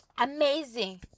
amazing